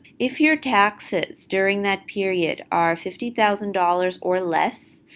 if your taxes during that period are fifty thousand dollars or less,